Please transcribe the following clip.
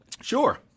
Sure